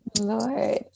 Lord